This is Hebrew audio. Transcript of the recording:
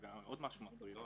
זה עוד משהו מטריד.